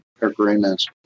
agreements